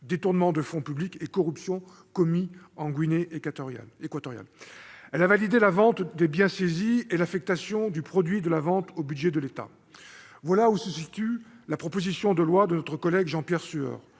détournement de fonds publics et corruption commis en Guinée équatoriale. Elle a validé la vente des biens saisis et l'affectation de son produit au budget de l'État. Voilà où se situe la proposition de loi de notre collègue Jean-Pierre Sueur